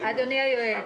אדוני היועץ,